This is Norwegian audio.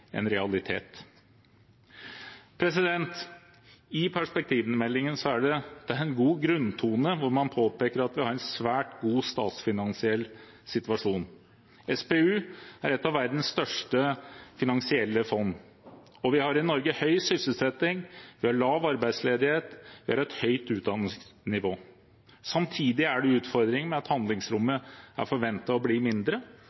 en realitet. I perspektivmeldingen er det en god grunntone, hvor man påpeker at vi har en svært god statsfinansiell situasjon. SPU er et av verdens største finansielle fond, og vi har i Norge høy sysselsetting, vi har lav arbeidsledighet, vi har et høyt utdanningsnivå. Samtidig er det utfordringer med at handlingsrommet er forventet å bli mindre,